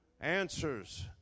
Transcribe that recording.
Answers